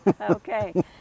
Okay